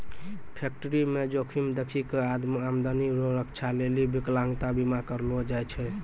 फैक्टरीमे जोखिम देखी कय आमदनी रो रक्षा लेली बिकलांता बीमा करलो जाय छै